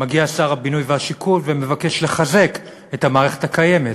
מגיע שר הבינוי והשיכון ומבקש לחזק את המערכת הקיימת,